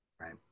Right